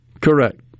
correct